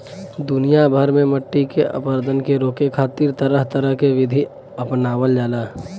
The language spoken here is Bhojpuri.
दुनिया भर में मट्टी के अपरदन के रोके खातिर तरह तरह के विधि अपनावल जाला